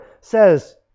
says